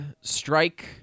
strike